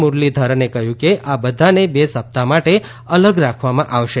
મુરલીધરને કહ્યું કે આ બધાને બે સપ્તાહ માટે અલગ રાખવામાં આવશે